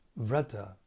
Vrata